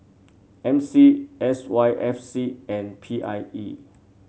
M C S Y F C and P I E